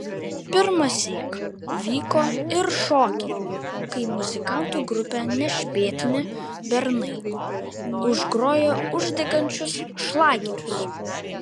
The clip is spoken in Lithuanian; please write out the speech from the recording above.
pirmąsyk vyko ir šokiai kai muzikantų grupė nešpėtni bernai užgrojo uždegančius šlagerius